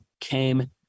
came